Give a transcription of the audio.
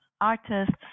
artists